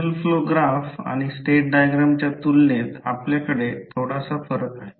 signal flow graph आणि state डायग्रामच्या तुलनेत आपल्याकडे थोडासा फरक आहे